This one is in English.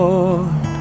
Lord